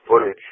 footage